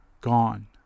gone